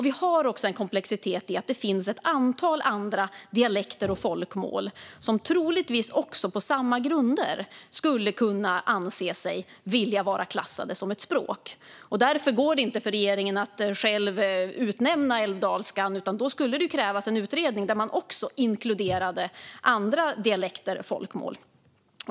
Vi har en komplexitet i att det finns ett antal andra dialekter och folkmål som troligtvis också, på samma grunder, skulle vilja klassas som språk. Därför går det inte för regeringen att själv utnämna älvdalskan, utan då skulle det krävas en utredning där man också inkluderar andra dialekter och folkmål.